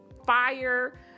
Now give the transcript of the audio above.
Fire